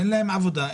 אין להם עבודה,